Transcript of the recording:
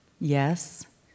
yes